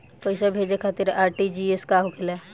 पैसा भेजे खातिर आर.टी.जी.एस का होखेला?